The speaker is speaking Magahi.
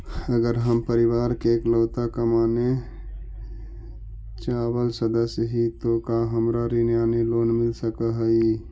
अगर हम परिवार के इकलौता कमाने चावल सदस्य ही तो का हमरा ऋण यानी लोन मिल सक हई?